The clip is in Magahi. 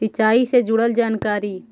सिंचाई से जुड़ल जानकारी?